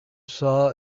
saw